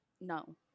no